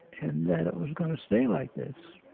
and that it was going to stay like this